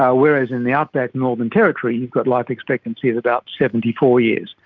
ah whereas in the outback northern territory you've got life expectancy of about seventy four years,